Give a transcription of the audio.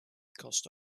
cost